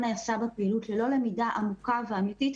בפעילות וללא למידה עמוקה ואמיתית.